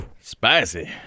Spicy